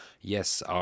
yes